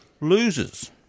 loses